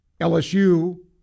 LSU